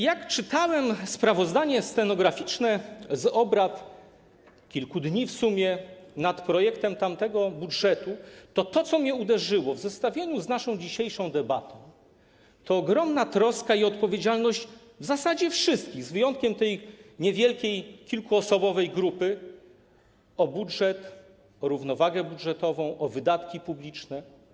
Jak czytałem sprawozdanie stenograficzne z obrad, trwających kilka dni w sumie, nad projektem tamtego budżetu, to to, co mnie uderzyło, w zestawieniu z naszą dzisiejszą debatą, to ogromna troska i odpowiedzialność w zasadzie wszystkich, z wyjątkiem tej niewielkiej, kilkuosobowej grupy, o budżet, o równowagę budżetową, o wydatki publiczne.